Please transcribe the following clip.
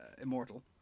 immortal